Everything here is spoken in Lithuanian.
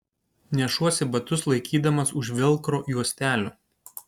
nešuosi batus laikydamas už velkro juostelių